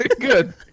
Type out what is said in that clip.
Good